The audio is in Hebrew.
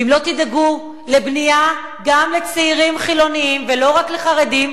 ואם לא תדאגו לבנייה גם לצעירים חילונים ולא רק לחרדים,